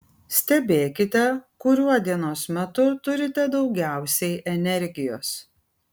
stebėkite kuriuo dienos metu turite daugiausiai energijos